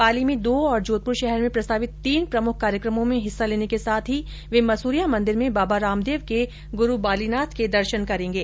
पाली में दो और जोधपुर शहर में प्रस्तावित तीन प्रमुख कार्यक्रमों में हिस्सा लेने के साथ ही वे मसुरिया मंदिर में बाबा रामदेव के गुरु बालीनाथ के दर्शन करेंगे